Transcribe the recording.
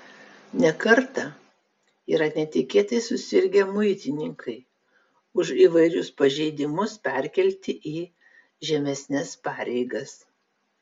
ne kartą yra netikėtai susirgę muitininkai už įvairius pažeidimus perkelti į žemesnes pareigas